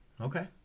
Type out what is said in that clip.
Okay